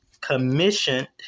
commissioned